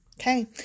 Okay